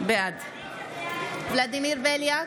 בעד ולדימיר בליאק,